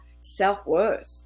self-worth